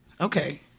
Okay